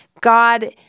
God